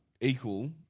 equal